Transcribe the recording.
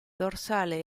dorsale